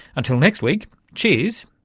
until next week, cheers,